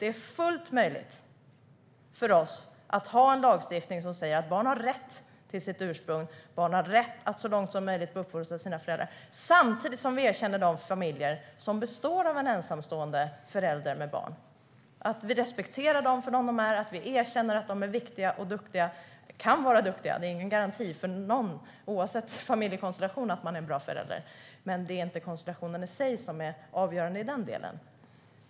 Det är fullt möjligt för oss att ha en lagstiftning som säger att barn har rätt till sitt ursprung och att barn har rätt att så långt det är möjligt uppfostras av sina föräldrar samtidigt som vi erkänner familjer som består av en ensamstående förälder med barn. Vi respekterar de ensamstående föräldrarna för dem de är och erkänner att de är viktiga och kan vara duktiga. Det finns ingen garanti för någon att man är en bra förälder, oavsett familjekonstellation. Men det är inte konstellationen i sig som är avgörande i den delen.